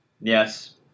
Yes